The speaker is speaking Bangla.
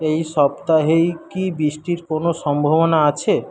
এই সপ্তাহেই কি বৃষ্টির কোনো সম্ভাবনা আছে